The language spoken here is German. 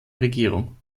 regierung